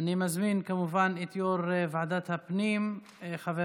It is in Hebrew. אני מזמין כמובן את יו"ר ועדת הפנים חבר